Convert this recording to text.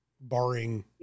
barring